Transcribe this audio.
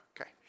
Okay